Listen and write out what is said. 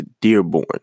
Dearborn